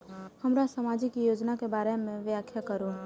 हमरा सामाजिक योजना के बारे में व्याख्या करु?